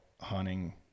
hunting